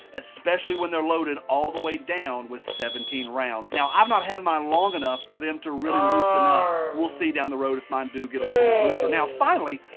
especially when they're loaded all the way down with seventeen rounds. now i've not had mine long enough for them to really loosen up. we'll see down the road if mine do get a little bit looser. now finally,